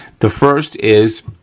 the first is